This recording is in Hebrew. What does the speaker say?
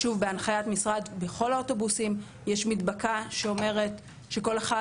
בכל האוטובוסים יש מדבקה שאומרת שכל אחד